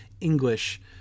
English